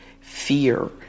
fear